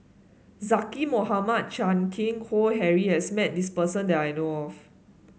Zaqy Mohamad Chan Keng Howe Harry has met this person that I know of